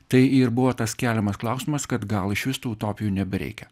tai ir buvo tas keliamas klausimas kad gal išvis tų utopijų nebereikia